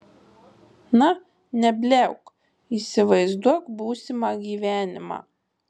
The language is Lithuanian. na nebliauk įsivaizduok būsimą gyvenimą